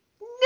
No